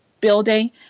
building